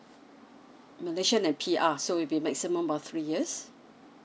malaysian and P_R so it'll be maximum of three years